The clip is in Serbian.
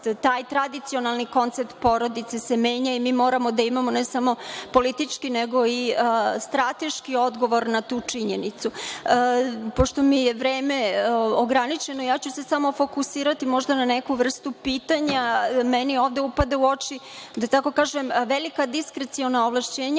taj tradicionalni koncept porodice se menja i mi moramo da imamo ne samo politički, nego i strateški odgovor na tu činjenicu. Pošto mi je vreme ograničeno ja ću se samo fokusirati možda na neku vrstu pitanja, jer meni ovde upada u oči, da tako kažem, velika diskreciona ovlašćenja